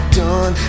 done